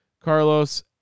Carlos